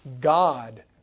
God